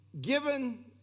Given